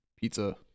pizza